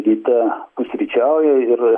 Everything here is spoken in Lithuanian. ryte pusryčiauja ir